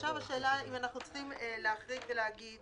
עכשיו השאלה, אם אנחנו צריכים להחריג ולהגיד